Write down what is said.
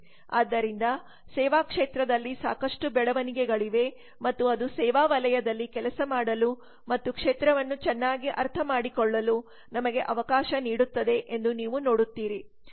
ಆದ್ದರಿಂದ ಸೇವಾ ಕ್ಷೇತ್ರದಲ್ಲಿ ಸಾಕಷ್ಟು ಬೆಳವಣಿಗೆಗಳಿವೆ ಮತ್ತು ಅದು ಸೇವಾ ವಲಯದಲ್ಲಿ ಕೆಲಸ ಮಾಡಲು ಮತ್ತು ಕ್ಷೇತ್ರವನ್ನು ಚೆನ್ನಾಗಿ ಅರ್ಥಮಾಡಿಕೊಳ್ಳಲು ನಮಗೆ ಅವಕಾಶ ನೀಡುತ್ತದೆ ಎಂದು ನೀವು ನೋಡುತ್ತೀರಿ